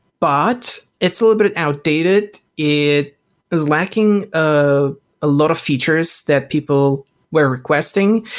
but it's a little bit outdated. it is lacking ah a lot of features that people were requesting.